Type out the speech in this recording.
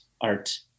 art